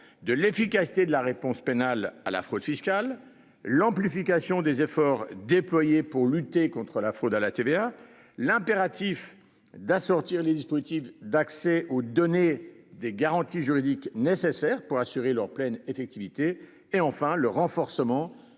de l'efficacité de la réponse pénale à la fraude fiscale, l'amplification des efforts déployés pour lutter contre la fraude à la TVA l'impératif d'assortir les dispositifs d'accès aux données des garanties juridiques nécessaires pour assurer leur pleine effectivité et enfin le renforcement